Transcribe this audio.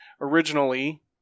originally